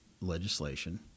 legislation